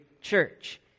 church